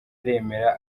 aremera